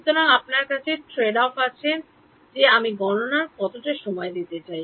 সুতরাং আপনার কাছে ট্রেড অফ আছে যে আমি গণনায় কতটা সময় দিতে চাই